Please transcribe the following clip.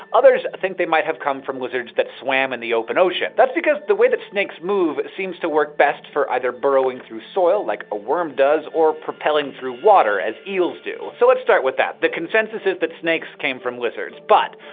others think they might have come from from lizards that swam in the open ocean. that's because the way that snakes move seems to work best for either burrowing through soil, like a worm does, or propelling through water, as eels do. so, let's start with that. the consensus is that snakes came from lizards. but,